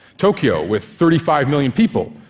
tokyo, with thirty five million people,